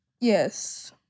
Yes